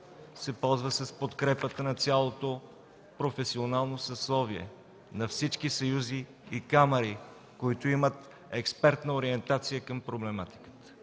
се ползваше с подкрепата на цялото професионално съсловие, на всички съюзи и камари, които имат експертна ориентация към проблематиката